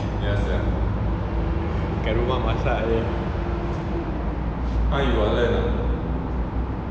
kat rumah masak jer